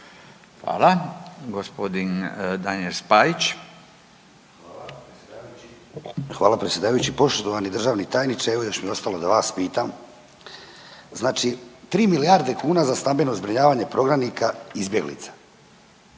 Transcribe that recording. Hvala. Gospodin Daniel Spajić. **Spajić, Daniel (DP)** Hvala predsjedavajući. Poštovani državni tajniče evo još mi ostalo da vas pitam. Znači 3 milijarde kuna za stambeno zbrinjavanje prognanika izbjeglica,